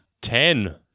Ten